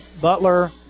Butler